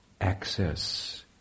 access